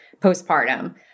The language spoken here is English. postpartum